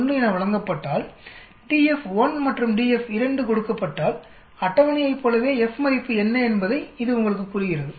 01 என வழங்கப்பட்டால் df 1 மற்றும் df 2 கொடுக்கப்பட்டால் அட்டவணையைப் போலவே F மதிப்பு என்ன என்பதை இது உங்களுக்குக் கூறுகிறது